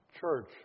church